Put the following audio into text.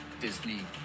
Disney